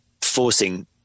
forcing